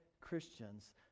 Christians